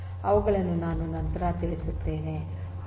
ಅವುಗಳನ್ನು ನಾನು ನಂತರ ತಿಳಿಸುತ್ತೇನೆ